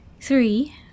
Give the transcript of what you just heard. Three